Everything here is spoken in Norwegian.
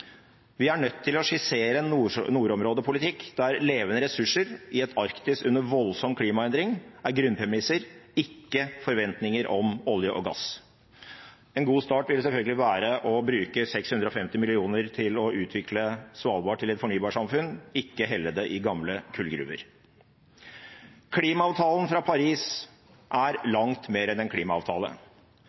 Vi er nødt til å skissere en nordområdepolitikk der levende ressurser i et Arktis under voldsom klimaendring er grunnpremisser, ikke forventninger om olje og gass. En god start ville selvfølgelig være å bruke 650 mill. kr til å utvikle Svalbard til et fornybarsamfunn, og ikke helle det i gamle kullgruver. Klimaavtalen fra Paris er langt mer enn en klimaavtale.